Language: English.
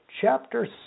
chapter